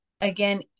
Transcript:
Again